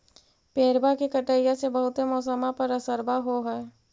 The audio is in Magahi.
पेड़बा के कटईया से से बहुते मौसमा पर असरबा हो है?